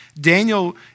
Daniel